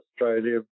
Australia